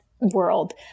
world